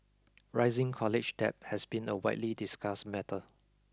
rising college debt has been a widely discussed matter